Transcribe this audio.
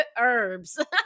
Herbs